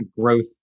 growth